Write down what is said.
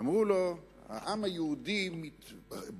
אמרו לו: העם היהודי בוכה